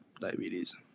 Diabetes